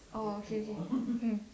oh okay okay